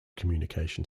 communication